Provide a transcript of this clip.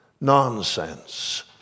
Nonsense